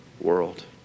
world